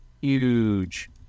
huge